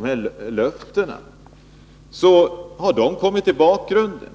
vallöften har kommit i bakgrunden.